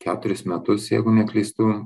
keturis metus jeigu neklystu